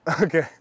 okay